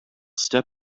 step